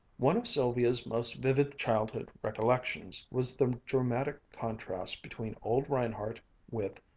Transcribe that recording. one of sylvia's most vivid childhood recollections was the dramatic contrast between old reinhardt with,